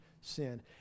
sin